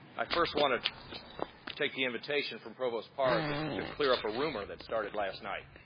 i first want to take the invitation from provost para to to clear up a rumor that started last night.